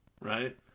right